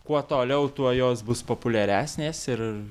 kuo toliau tuo jos bus populiaresnės ir